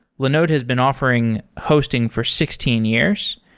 linode has been offering hosting for sixteen years,